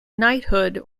knighthood